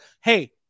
Hey